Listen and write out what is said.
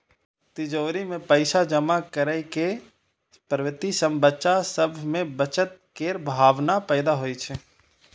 तिजौरी मे पैसा जमा करै के प्रवृत्ति सं बच्चा सभ मे बचत केर भावना पैदा होइ छै